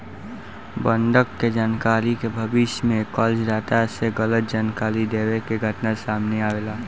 बंधक के जानकारी के विषय में कर्ज दाता से गलत जानकारी देवे के घटना सामने आवेला